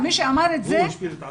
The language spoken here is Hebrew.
הוא השפיל את עצמו.